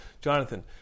Jonathan